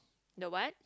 the what